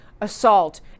assault